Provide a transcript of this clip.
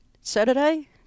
Saturday